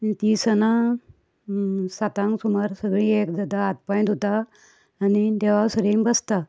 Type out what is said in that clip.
तिनसंजां सातांक सुमार सगळी एक जाता हातपांय धुता आनी देवा सरीन बसता